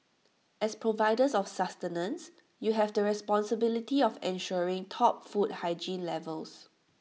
as providers of sustenance you have the responsibility of ensuring top food hygiene levels